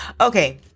Okay